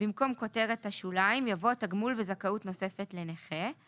- במקום כותרת השוליים יבוא "תגמול וזכאות נוספת לנכה";